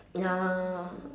ya